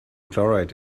chloride